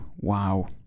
wow